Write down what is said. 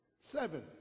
Seven